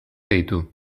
ditu